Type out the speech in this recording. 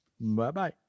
bye-bye